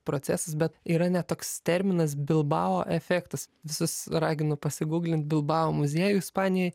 procesas bet yra net toks terminas bilbao efektas visus raginu pasiguglint bilbao muziejų ispanijoj